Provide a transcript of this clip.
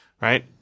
right